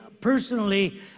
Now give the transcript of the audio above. personally